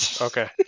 Okay